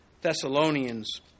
Thessalonians